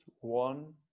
one